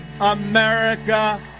America